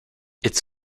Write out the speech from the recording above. its